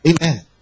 Amen